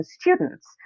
students